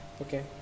Okay